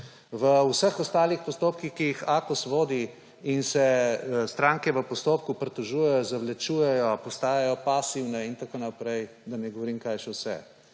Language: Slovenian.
V vseh ostalih postopkih, ki jih Akos vodi in se stranke v postopku pritožujejo, zavlačujejo, postajajo pasivne in tako naprej, da ne govorim, kaj še vse.